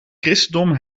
christendom